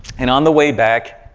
and on the way back,